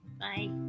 Bye